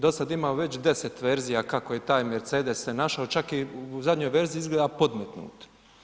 Do sada imamo već 10 verzija kako je taj Mercedes se našao čak i u zadnjoj verziji izgleda podmetnut.